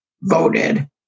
voted